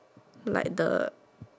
like the